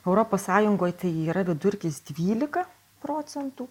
europos sąjungoj tai yra vidurkis dvylika procentų